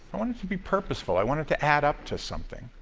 i want it to be purposeful, i want it to add up to something.